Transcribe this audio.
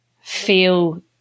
feel